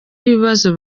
ibibazo